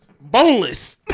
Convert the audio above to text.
Boneless